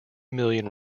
million